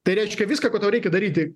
tai reiškia viską ko tau reikia daryti